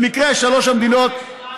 במקרה שלוש המדינות,